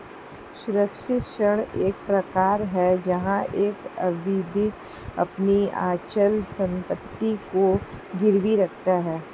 सुरक्षित ऋण एक प्रकार है जहां एक आवेदक अपनी अचल संपत्ति को गिरवी रखता है